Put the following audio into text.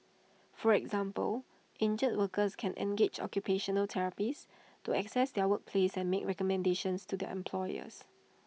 for example injured workers can engage occupational therapists to access their workplace and make recommendations to their employers